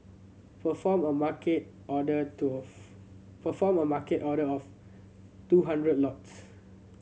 perform a Market order to of perform a Market order of two hundred lots